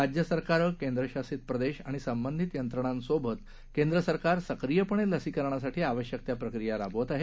राज्य सरकारं केंद्रशासीत प्रदेश आणि संबंधित यंत्रणांसोबत केंद्र सरकार सक्रीयपणे लसीकरणासाठी आवश्यक त्या प्रक्रिया राबवत आहे